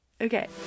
okay